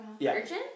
Virgin